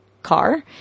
Car